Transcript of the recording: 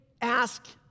ask